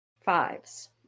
Fives